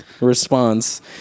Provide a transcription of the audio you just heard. response